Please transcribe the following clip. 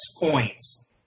points